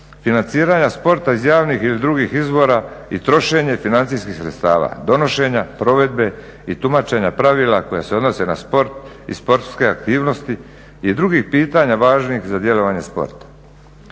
Financiranja sporta iz javnih ili drugih izvora i trošenje financijskih sredstava, donošenja, provedbe i tumačenja pravila koja se odnose na sport i sportske aktivnosti i drugih pitanja važnih za djelovanje sporta.